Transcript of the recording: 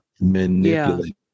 Manipulate